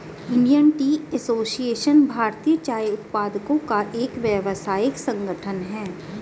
Indian tea association भारतीय चाय उत्पादकों का एक व्यावसायिक संगठन है